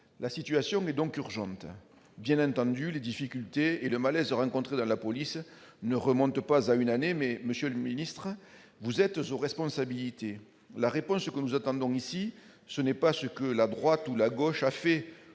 La situation est donc urgente. Bien entendu, les difficultés et le malaise rencontrés dans la police ne remontent pas à une année, mais, monsieur le secrétaire d'État, vous êtes aux responsabilités. La réponse que nous attendons ici, ce n'est pas ce que la droite ou la gauche a fait